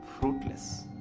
fruitless